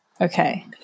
Okay